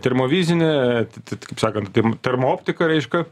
termovizinė t t taip sakant kaip termo optika reiška